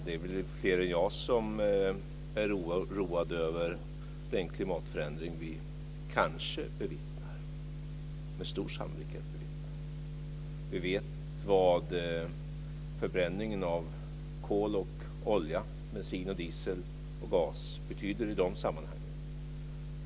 Det är väl fler än jag som är oroade över den klimatförändring som vi med stor sannolikhet bevittnar. Vi vet vad förbränningen av kol, olja, bensin, diesel och gas betyder i de sammanhangen.